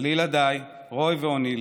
ולילדיי רוי ואוניל.